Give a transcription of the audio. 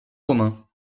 romain